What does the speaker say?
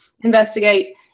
investigate